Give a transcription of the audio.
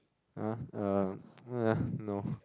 ah uh no